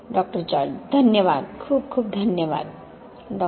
डॉ George धन्यवाद खूप खूप धन्यवाद डॉ